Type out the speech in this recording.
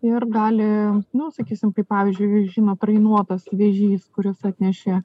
ir gali nu sakysim kaip pavyzdžiui žinot rainuotas vėžys kuris atnešė